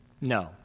No